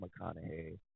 McConaughey